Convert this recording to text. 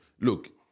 look